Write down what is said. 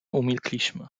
umilkliśmy